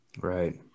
Right